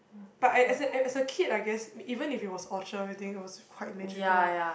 but as as as a as a kid I guess even if it was Orchard everything it was quite magical